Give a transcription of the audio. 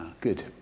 Good